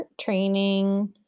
training